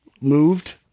moved